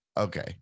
Okay